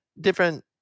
different